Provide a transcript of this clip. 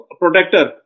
protector